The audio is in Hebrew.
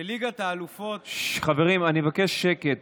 שליגת האלופות, חברים, אני מבקש שקט.